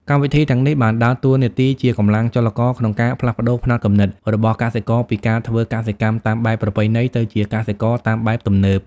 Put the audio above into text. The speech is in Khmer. កម្មវិធីទាំងនេះបានដើរតួនាទីជាកម្លាំងចលករក្នុងការផ្លាស់ប្តូរផ្នត់គំនិតរបស់កសិករពីការធ្វើកសិកម្មតាមបែបប្រពៃណីទៅជាកសិកម្មតាមបែបទំនើប។